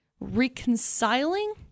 reconciling